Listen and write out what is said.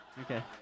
Okay